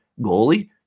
goalie